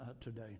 today